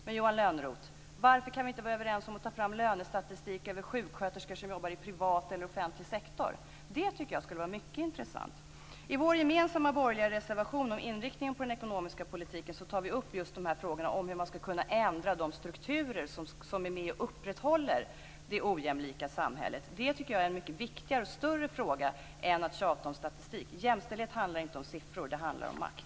Men, Johan Lönnroth, varför kan vi inte vara överens om att ta fram lönestatistik över sjuksköterskor som jobbar i privat och offentlig sektor? Det tycker jag skulle vara mycket intressant. I vår gemensamma borgerliga reservation om inriktningen för den ekonomiska politiken tar vi upp just frågorna om hur man ska kunna ändra de strukturer som är med och upprätthåller det ojämlika samhället. Jag tycker att det är en mycket viktigare och större fråga än att tjata om statistik. Jämställdhet handlar inte om siffror. Det handlar om makt.